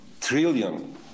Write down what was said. trillion